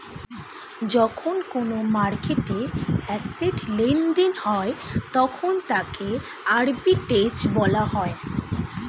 যখন কোনো মার্কেটে অ্যাসেট্ লেনদেন হয় তখন তাকে আর্বিট্রেজ বলা হয়